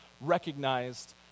recognized